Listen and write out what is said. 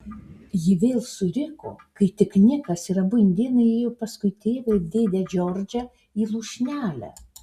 ji vėl suriko kai tik nikas ir abu indėnai įėjo paskui tėvą ir dėdę džordžą į lūšnelę